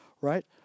right